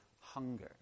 hunger